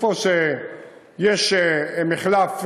איפה שיש מחלף,